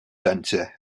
centre